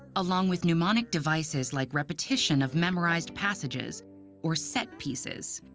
along with mnemonic devices, like repetition of memorized passages or set pieces.